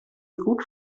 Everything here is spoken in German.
gut